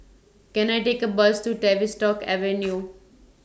Can I Take A Bus to Tavistock Avenue